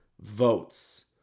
votes